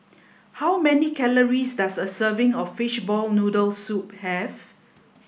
how many calories does a serving of fishball noodle soup have